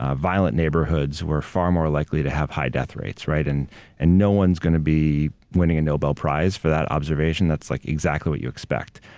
ah violent neighborhoods were far more likely to have high death rates, right? and and no one's going to be winning a nobel prize for that observation. that's like exactly what you expect,